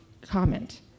comment